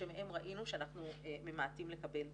שמהם ראינו שאנחנו ממעטים לקבל תלונות.